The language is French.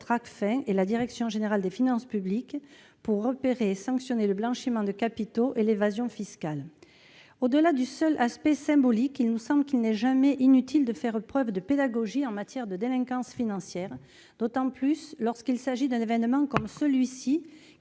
Tracfin et la direction générale des finances publiques pour repérer et sanctionner le blanchiment de capitaux et l'évasion fiscale. Au-delà du seul aspect symbolique, il nous semble qu'il n'est jamais inutile de faire preuve de pédagogie en matière de délinquance financière, surtout s'agissant d'un événement qui,